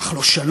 בטח לא שלום,